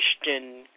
Christian